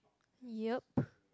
yup